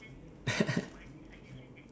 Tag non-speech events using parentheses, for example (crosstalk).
(laughs)